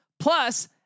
Plus